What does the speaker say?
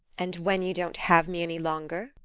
and when, you don't have me any longer?